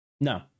No